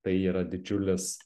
tai yra didžiulis